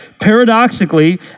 Paradoxically